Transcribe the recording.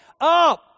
up